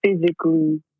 Physically